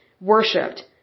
worshipped